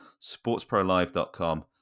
Sportsprolive.com